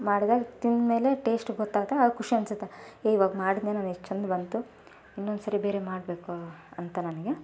ಮಾಡ್ದಾಗ ತಿಂದು ಮೇಲೆ ಟೇಶ್ಟ್ ಗೊತ್ತಾಗತ್ತೆ ಆವಗ ಖುಷಿ ಅನಿಸುತ್ತೆ ಏಯ್ ಇವಾಗ ಮಾಡಿದೆ ನಾನು ಎಷ್ಟು ಚಂದ ಬಂತು ಇನ್ನೊಂದು ಸಾರಿ ಬೇರೆ ಮಾಡಬೇಕು ಅಂತ ನನಗೆ